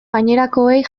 gainerakoei